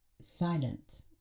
silent